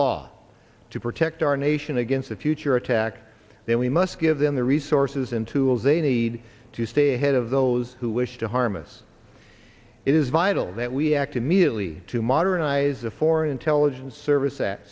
law to protect our nation against a future attack then we must give them the resources into as they need to stay ahead of those who wish to harm us it is vital that we act immediately to modernize the foreign intelligence service at